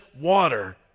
water